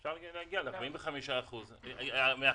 אפשר להגיע ל-45% מן ההכנסות,